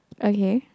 okay